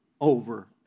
over